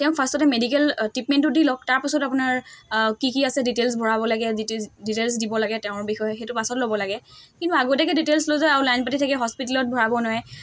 তেওঁক ফাৰ্ষ্টতে মেডিকেল ট্ৰিটমেণ্টটো দি লওক তাৰ পাছত আপোনাৰ কি কি আছে ডিটেইলছ ভৰাব লাগে ডিটেছ ডিটেইলছ দিব লাগে তেওঁৰ বিষয়ে সেইটো পাছত ল'ব লাগে কিন্তু আগতীয়াকৈ ডিটেইলছ লৈ যায় আৰু লাইন পাতি থাকে হস্পিটেলত ভৰাব নোৱাৰে